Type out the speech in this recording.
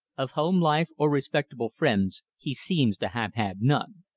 of home life or respectable friends he seems to have had none.